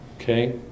Okay